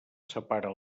separa